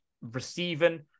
receiving